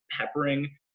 peppering